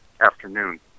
Afternoon